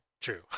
true